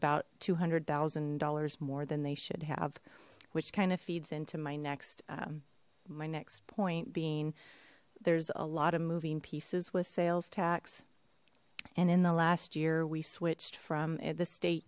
about two hundred thousand dollars more than they should have which kind of feeds into my next my next point being there's a lot of moving pieces with sales tax and in the last year we switched from the state